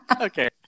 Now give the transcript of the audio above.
Okay